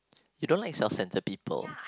you don't like self-centered people